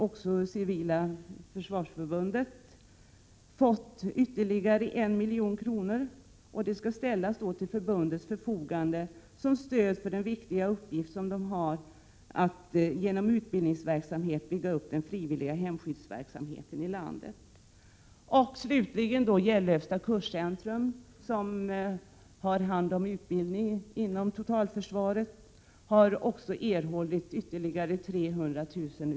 Också Civilförsvarsförbundet har fått ytterligare 1 milj.kr., som skall ställas till förbundets förfogande som stöd för dess viktiga uppgift att bygga Slutligen skall Gällöfsta kurscentrum, som har hand om utbildningen inom totalförsvaret, enligt utskottets förslag erhålla 300 000 kr.